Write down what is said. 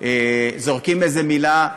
זורקים איזה מילה,